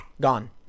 Gone